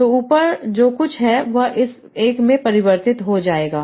तो ऊपर जो कुछ है वह इस एक में परिवर्तित हो जाएगा